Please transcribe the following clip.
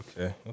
Okay